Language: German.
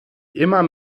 immer